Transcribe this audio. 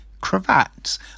Cravats